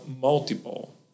multiple